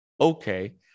Okay